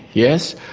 yes?